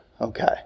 Okay